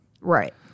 Right